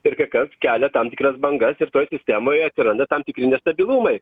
ir kai kas kelia tam tikras bangas ir toj sistemoj atsiranda tam tikri nestabilumai